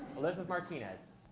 elizabeth martinez.